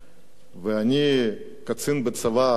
ואני קצין בצבא הסובייטי,